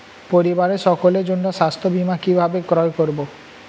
পরিবারের সকলের জন্য স্বাস্থ্য বীমা কিভাবে ক্রয় করব?